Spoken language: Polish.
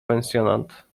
pensjonat